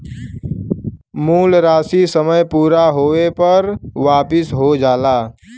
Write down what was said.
मूल राशी समय पूरा होये पर वापिस हो जाला